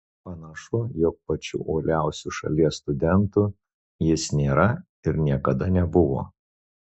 panašu jog pačiu uoliausiu šalies studentu jis nėra ir niekada nebuvo